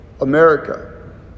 America